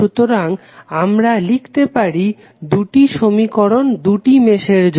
সুতরাং আমরা লিখতে পারি দুটি সমীকরণ দুটি মেশের জন্য